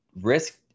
risk